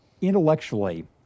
intellectually